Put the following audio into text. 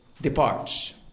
departs